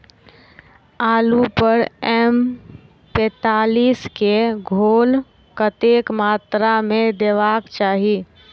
आलु पर एम पैंतालीस केँ घोल कतेक मात्रा मे देबाक चाहि?